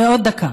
ועוד דקה.